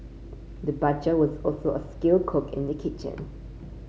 the butcher was also a skilled cook in the kitchen